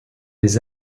des